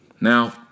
Now